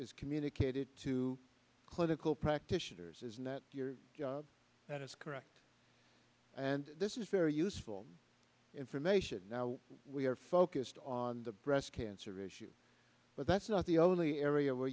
is communicated to clinical practitioners is not your that is correct and this is very useful information now we are focused on the breast cancer issue but that's not the only area where